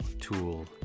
tool